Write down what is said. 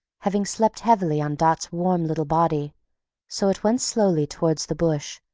having slept heavily on dot's warm little body so it went slowly towards the bush,